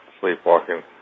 sleepwalking